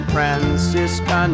Francisco